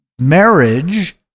marriage